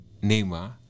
Neymar